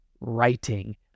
writing